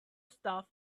stuff